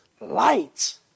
light